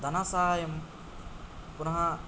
धनसाहाय्यं पुनः